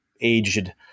aged